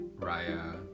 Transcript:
Raya